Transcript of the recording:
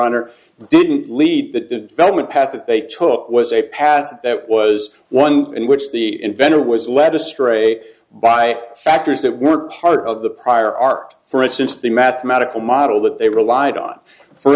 honor didn't lead the development path that they took was a path that was one in which the inventor was led astray by factors that were part of the prior art for instance the mathematical model that they relied on for